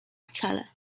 wcale